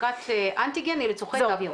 בדיקת אנטיגן היא לצרכי תו ירוק.